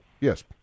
Yes